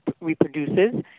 reproduces